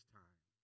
time